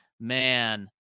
man